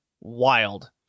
Wild